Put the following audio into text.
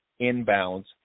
inbounds